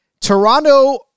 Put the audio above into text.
Toronto